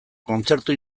kontzertu